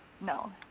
No